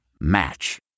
Match